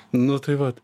nu tai vat